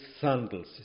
sandals